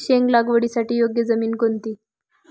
शेंग लागवडीसाठी योग्य जमीन कोणती?